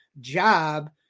job